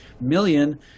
million